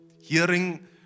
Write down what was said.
hearing